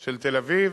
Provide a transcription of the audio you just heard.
של תל-אביב,